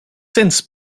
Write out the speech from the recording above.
since